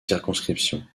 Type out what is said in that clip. circonscriptions